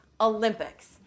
Olympics